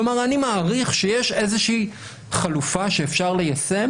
כלומר אני מעריך שיש איזה שהיא חלופה שאפשר ליישם